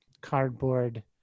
cardboard